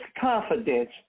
confidence